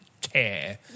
tear